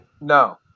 No